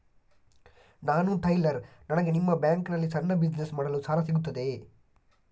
ನಾನು ಟೈಲರ್, ನನಗೆ ನಿಮ್ಮ ಬ್ಯಾಂಕ್ ನಲ್ಲಿ ಸಣ್ಣ ಬಿಸಿನೆಸ್ ಮಾಡಲು ಸಾಲ ಸಿಗುತ್ತದೆಯೇ?